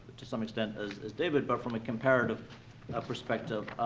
to some extent, as as david, but from a comparative and perspective.